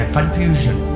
Confusion